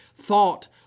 thought